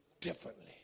differently